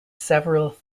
several